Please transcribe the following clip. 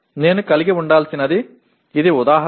నేను కలిగి ఉండాల్సినినది ఇది ఉదాహరణ